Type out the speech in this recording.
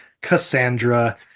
cassandra